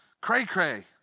cray-cray